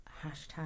Hashtag